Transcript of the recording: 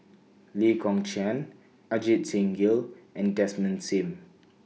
Lee Kong Chian Ajit Singh Gill and Desmond SIM